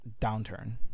downturn